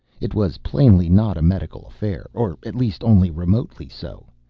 it was plainly not a medical affair, or at least only remotely so.